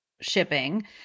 shipping